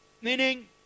Meaning